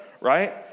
right